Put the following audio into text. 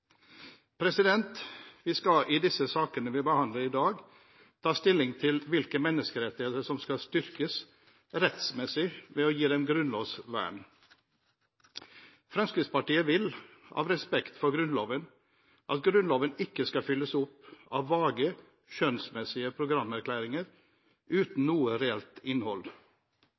Vi skal i de sakene vi behandler i dag, ta stilling til hvilke menneskerettigheter som skal styrkes rettsmessig ved å gi dem grunnlovs vern. Fremskrittspartiet vil, av respekt for Grunnloven, at Grunnloven ikke skal fylles opp av vage, skjønnsmessige programerklæringer uten noe reelt innhold.